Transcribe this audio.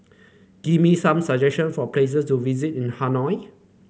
give me some suggestion for places to visit in Hanoi